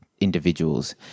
individuals